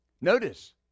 Notice